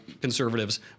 conservatives